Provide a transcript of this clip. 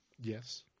Yes